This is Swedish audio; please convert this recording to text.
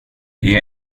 det